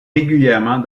régulièrement